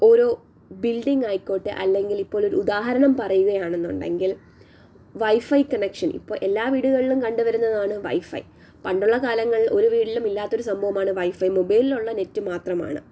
ഓരോ ബിൽഡിങ്ങായിക്കോട്ടെ അല്ലെങ്കിൽ ഇപ്പോൾ ഒരു ഉദാഹരണം പറയുകയാണെന്നുണ്ടെങ്കിൽ വൈഫൈ കണക്ഷൻ ഇപ്പം എല്ലാ വീടുകളിലും കണ്ടുവരുന്നതാണ് വൈഫൈ പണ്ടുള്ള കാലങ്ങളിൽ ഒരു വീട്ടിലും ഇല്ലാത്ത ഒരു സംഭവമാണ് വൈഫൈ മൊബൈലുള്ള നെറ്റ് മാത്രമാണ്